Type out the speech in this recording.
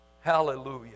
Hallelujah